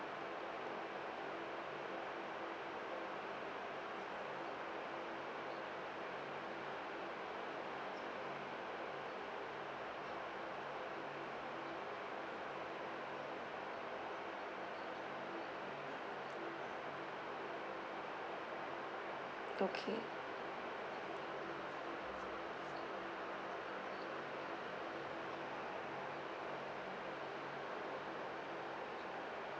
okay